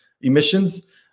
emissions